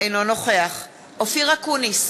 אינו נוכח אופיר אקוניס,